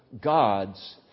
God's